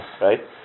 right